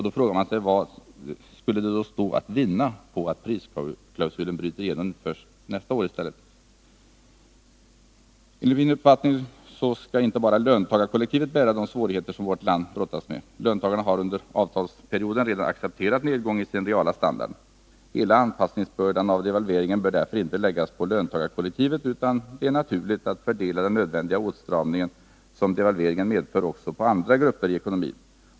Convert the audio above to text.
Då frågar man sig: Vad skulle det stå att vinna på att prisklausulen bryter igenom först nästa år i stället? Enligt min uppfattning skall inte bara löntagarkollektivet bära de svårigheter som vårt land brottas med. Löntagarna har under avtalsperioden redan accepterat en nedgång i sin reala standard. Hela bördan av en anpassning till devalveringen bör därför inte läggas på löntagarkollektivet, utan det är naturligt att fördela den nödvändiga åtstramning som devalveringen medför också på andra grupper i ekonomin.